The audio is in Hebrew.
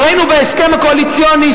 וראינו בהסכם הקואליציוני,